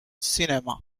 cinema